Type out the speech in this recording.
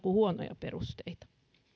kuin huonoja perusteita